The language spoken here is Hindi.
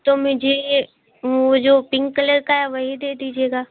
तो मुझे यह वह जो पिंक कलर का है वही दे दीजिएगा